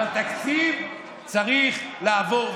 אבל תקציב צריך לעבור,